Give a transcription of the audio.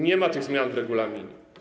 Nie ma tych zmian w regulaminie.